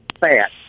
fat